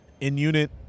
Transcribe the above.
in-unit